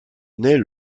naît